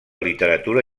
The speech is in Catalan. literatura